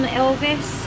elvis